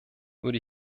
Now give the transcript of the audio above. würde